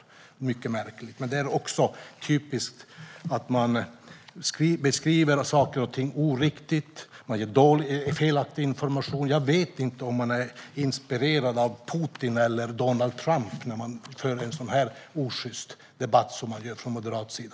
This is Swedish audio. Det är mycket märkligt. Det är dock typiskt att man beskriver saker och ting oriktigt och ger felaktig information. Jag vet inte om man är inspirerad av Putin eller Donald Trump när man för en sådan här osjyst debatt från moderat sida.